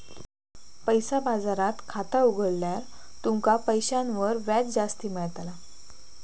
पैसा बाजारात खाता उघडल्यार तुमका पैशांवर व्याज जास्ती मेळताला